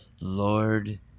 Lord